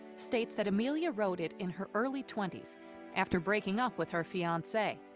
states that amelia wrote it in her early twenty s after breaking up with her fiance.